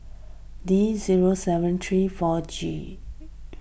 D zero seven three four G